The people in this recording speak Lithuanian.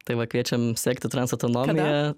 tai va kviečiam sekti trans autonomiją